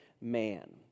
man